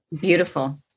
Beautiful